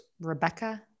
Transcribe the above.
Rebecca